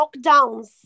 lockdowns